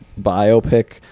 biopic